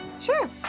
Sure